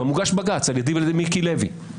גם הוגש בג"ץ על ידי מיקי לוי.